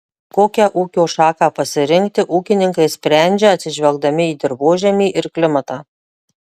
kokią ūkio šaką pasirinkti ūkininkai sprendžia atsižvelgdami į dirvožemį ir klimatą